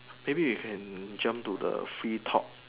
maybe you can jump to the free talk